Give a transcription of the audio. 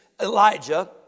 Elijah